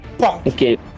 Okay